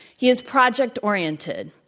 he is project-oriented.